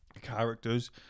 characters